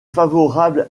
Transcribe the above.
favorable